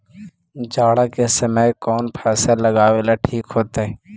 जाड़ा के समय कौन फसल लगावेला ठिक होतइ?